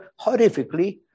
horrifically